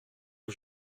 que